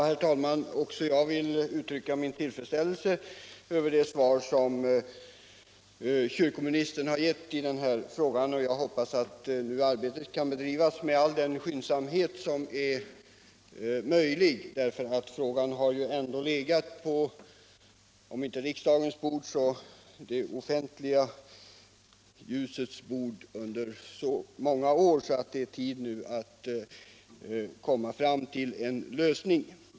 Herr talman! Också jag vill uttrycka min tillfredsställelse över det svar som kyrkoministern har lämnat, och jag hoppas att arbetet kan bedrivas med all den skyndsamhet som är möjlig, för frågan har ändå om inte legat på riksdagens bord så dock stått i offentlighetens ljus under så många år att det nu är tid att komma fram till en lösning.